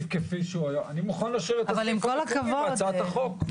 אני מוכן להשאיר את הסעיף המקורי בהצעת החוק,